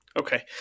Okay